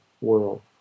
world